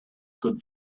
good